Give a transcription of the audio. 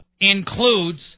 includes